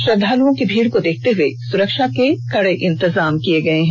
श्रद्वालुओं की भीड़ को देखते हुए सुरक्षा के कड़े इंतजाम किए गए हैं